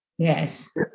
Yes